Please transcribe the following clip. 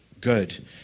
good